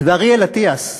ואריאל אטיאס,